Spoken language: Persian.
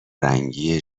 رنگی